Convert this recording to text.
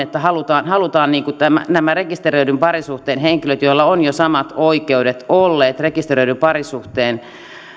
että halutaan halutaan nämä rekisteröidyn parisuhteen henkilöt joilla on jo olleet samat oikeudet rekisteröidyn parisuhteen